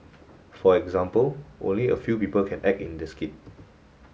for example only a few people can act in the skit